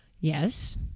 yes